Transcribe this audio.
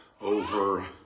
over